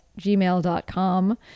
gmail.com